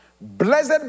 Blessed